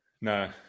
No